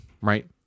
Right